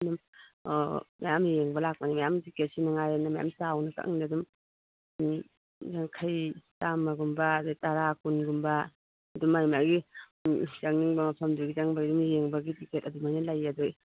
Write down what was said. ꯑꯗꯨꯝ ꯃꯌꯥꯝ ꯌꯦꯡꯕ ꯂꯥꯛꯄꯅꯤ ꯃꯌꯥꯝ ꯇꯤꯀꯦꯠ ꯁꯤ ꯃꯉꯥꯏꯔꯦꯅ ꯃꯌꯥꯝ ꯆꯥꯎꯅ ꯈꯪꯗꯦ ꯑꯗꯨꯝ ꯌꯥꯡꯈꯩ ꯆꯥꯝꯃꯒꯨꯝꯕ ꯑꯗꯩ ꯇꯔꯥ ꯀꯨꯟꯒꯨꯝꯕ ꯑꯗꯨ ꯃꯥꯒꯤ ꯃꯥꯒꯤ ꯆꯪꯅꯤꯡꯕ ꯃꯐꯝꯗꯨꯒꯤ ꯆꯪꯕꯒꯤ ꯑꯗꯨꯝ ꯌꯦꯡꯕꯒꯤ ꯇꯤꯀꯦꯠ ꯑꯗꯨꯃꯥꯏꯅ ꯂꯩꯌꯦ ꯑꯗꯣ